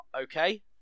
okay